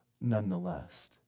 nonetheless